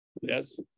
Yes